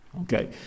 Okay